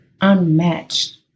unmatched